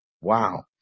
Wow